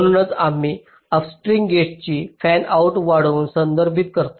म्हणूनच आम्ही अपस्ट्रीम गेट्सची फॅनआउट वाढवून संदर्भित करतो